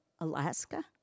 Alaska